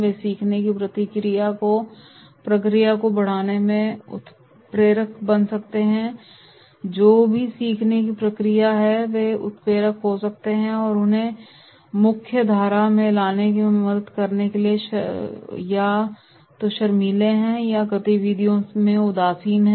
वे सीखने की प्रक्रिया को बढ़ावा देने में उत्प्रेरक बन सकते हैं जो भी सीखने की प्रक्रिया है वे उत्प्रेरक हो सकते हैं और वे हमें उन मुख्यधारा में लाने में मदद करते हैं जो या तो शर्मीली हैं या गतिविधियों में उदासीन हैं